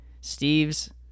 Steve's